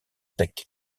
teck